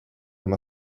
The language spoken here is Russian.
нам